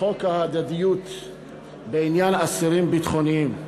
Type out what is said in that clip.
חוק ההדדיות בעניין אסירים ביטחוניים.